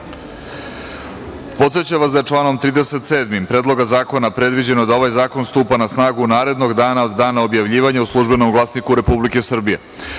načelu. Podsećam vas da je članom 37. Predloga zakona predviđeno da ovaj zakon stupa na snagu narednog dana od dana objavljivanja u "Službenom glasniku Republike